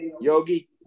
Yogi